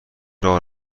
راه